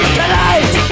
tonight